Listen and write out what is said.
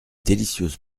délicieuses